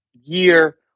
year